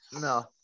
No